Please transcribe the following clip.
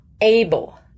able